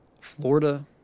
Florida